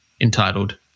entitled